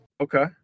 Okay